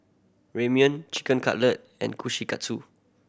Ramyeon Chicken Cutlet and Kushikatsu